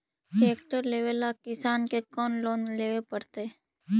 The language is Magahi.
ट्रेक्टर लेवेला किसान के कौन लोन लेवे पड़तई?